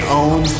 own